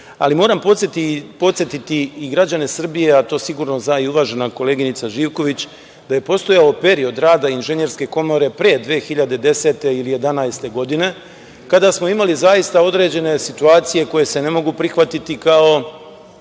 ali moram podsetiti i građane Srbije, a to sigurno zna i uvažena koleginica Živković da je postojao period rada Inženjerske komore pre 2010. ili 2011. godine, kada smo imali zaista određene situacije koje se ne mogu prihvatiti kao